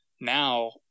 Now